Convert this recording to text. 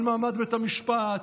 על מעמד בית המשפט,